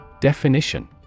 Definition